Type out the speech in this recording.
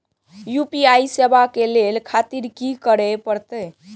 UPI सेवा ले खातिर की करे परते?